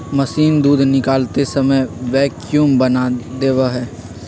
machine दूध निकालते समय वैक्यूम बना देवा हई